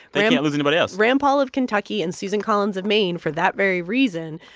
they can't lose anybody else rand paul of kentucky and susan collins of maine, for that very reason,